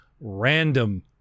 random